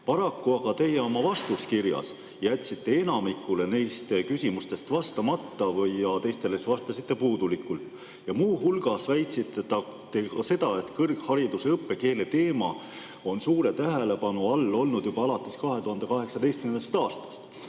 Paraku teie oma vastuskirjas jätsite enamikule neist küsimustest vastamata ja teistele vastasite puudulikult. Muu hulgas väitsite te seda, et kõrghariduse õppekeele teema on suure tähelepanu all olnud juba alates 2018. aastast.